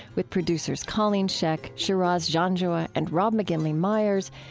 with producers colleen scheck, shiraz janjua, and rob mcginley myers,